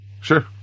Sure